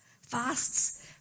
Fasts